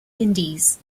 indies